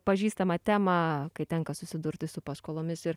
pažįstamą temą kai tenka susidurti su paskolomis ir